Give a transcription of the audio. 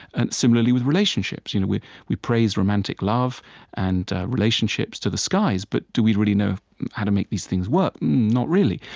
and similarly, with relationships. you know we we praise romantic love and relationships to the skies, but do we really know how to make these things work? not really.